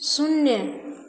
शून्य